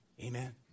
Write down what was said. Amen